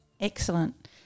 Excellent